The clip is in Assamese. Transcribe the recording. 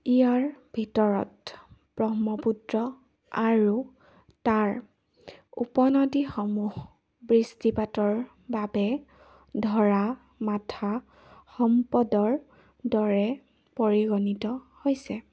ইয়াৰ ভিতৰত ব্ৰহ্মপুত্ৰ আৰু তাৰ উপনদীসমূহ বৃষ্টিপাতৰ বাবে ধৰা মাথা সম্পদৰ দৰে পৰিগণিত হৈছে